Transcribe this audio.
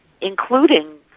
including